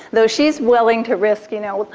though she's willing to risk, you know,